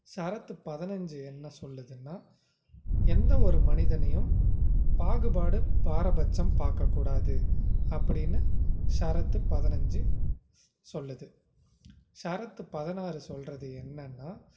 சரத்து பதினஞ்சு என்ன சொல்லுதுன்னா எந்த ஒரு மனிதனையும் பாகுபாடு பாரபட்சம் பார்க்கக்கூடாது அப்படின்னு ஷரத்து பதினஞ்சு சொல்லுது ஷரத்து பதினாறு சொல்கிறது என்னென்னா